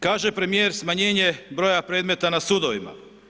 Kaže premijer smanjenje broja predmeta na sudovima.